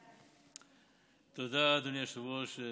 תודה, אדוני היושב-ראש.